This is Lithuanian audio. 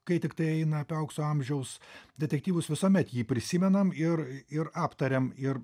kai tiktai eina apie aukso amžiaus detektyvus visuomet jį prisimenam ir ir aptariam ir